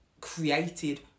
created